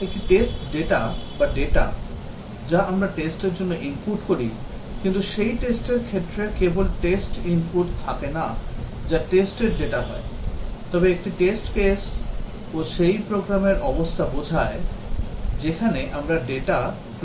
একটি test data বা data যা আমরা test র জন্য input করি কিন্তু সেই test র ক্ষেত্রে কেবল test input থাকে না যা test র data হয় তবে একটি test case ও সেই প্রোগ্রামের অবস্থা বোঝায় যেখানে আমরা data প্রয়োগ করি